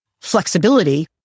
flexibility